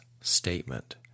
statement